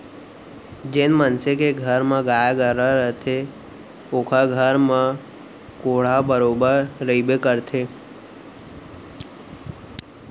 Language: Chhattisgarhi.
जेन मनसे के घर म गाय गरूवा रथे ओकर घर म कोंढ़ा बरोबर रइबे करथे